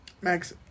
Max